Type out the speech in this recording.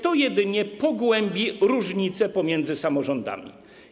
To jedynie pogłębi różnice pomiędzy samorządami.